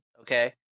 Okay